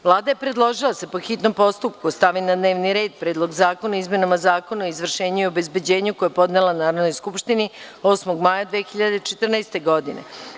Vlada je predložila da se po hitnom postupku stavi na dnevni red Predlog zakona o izmenama i Zakona o izvršenju i obezbeđenju, koji je podnela Narodnoj skupštini 8. maja 2014. godine.